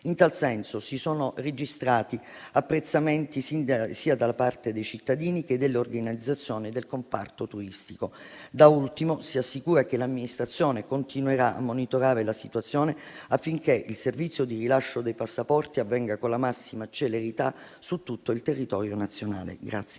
In tal senso, si sono registrati apprezzamenti sia da parte dei cittadini sia dell'organizzazione del comparto turistico. Da ultimo, si assicura che l'amministrazione continuerà a monitorare la situazione affinché il servizio di rilascio dei passaporti avvenga con la massima celerità su tutto il territorio nazionale.